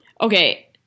Okay